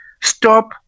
stop